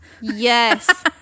Yes